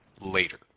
later